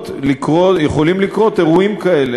יכולים לקרות אירועים כאלה,